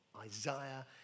Isaiah